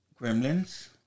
Gremlins